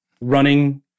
running